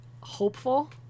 hopeful